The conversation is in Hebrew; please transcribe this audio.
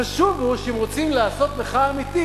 החשוב הוא שאם רוצים לעשות מחאה אמיתית